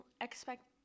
expect